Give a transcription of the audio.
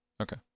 Okay